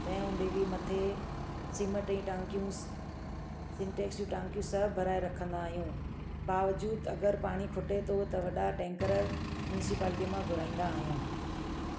तंहिं हूंदे बि मथे सीमेंट जूं टांकियूं सिंटैक्स जी टांकियूं सभु भराए रखंदा आहियूं बावजूदि अगरि पाणी खुटे थो त वॾा टैंकर मुंसिपाल्टी मां घुराईंदा आहियूंं